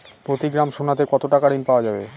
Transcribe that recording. প্রতি গ্রাম সোনাতে কত টাকা ঋণ পাওয়া যাবে?